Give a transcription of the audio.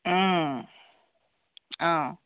অ